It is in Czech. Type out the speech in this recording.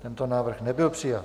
Tento návrh nebyl přijat.